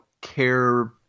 care